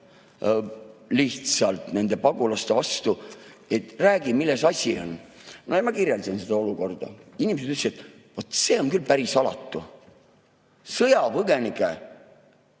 lihtsalt nende pagulaste vastu; räägi, milles asi on. No ja ma kirjeldasin seda olukorda. Inimesed ütlesid, et vaat see on küll päris alatu. Sõjapõgenike